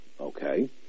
okay